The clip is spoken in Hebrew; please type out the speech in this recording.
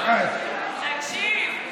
תקשיב,